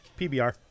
PBR